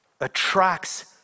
Attracts